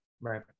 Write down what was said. Right